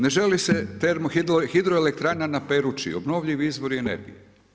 Ne želi se termo, hidroelektrana na Perući, obnovljivi izvori energije.